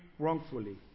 wrongfully